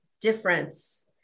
difference